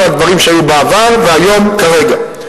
המיליון, על דברים שהיו בעבר, והיום, כרגע.